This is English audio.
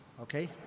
Okay